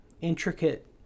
intricate